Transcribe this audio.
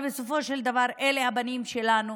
בסופו של דבר אלו הבנים שלנו,